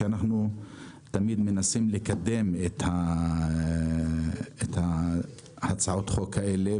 אנחנו תמיד מנסים לקדם את הצעות החוק האלה,